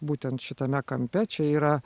būtent šitame kampe čia yra